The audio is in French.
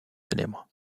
célèbre